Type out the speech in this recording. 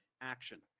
Action